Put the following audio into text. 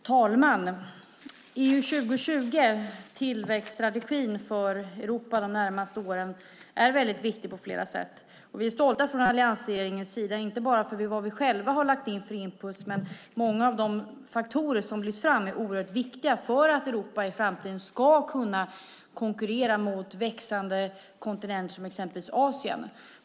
Herr talman! Tillväxtstrategin för Europa de närmaste åren, EU 2020, är viktig på flera sätt. Vi är stolta från alliansregeringens sida och inte bara över vad vi själva har lagt in för inputs. Många av de faktorer som har lyfts fram är viktiga för att Europa i framtiden ska kunna konkurrera med växande kontinenter som exempelvis Asien.